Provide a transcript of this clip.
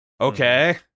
okay